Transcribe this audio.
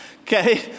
okay